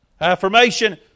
Affirmation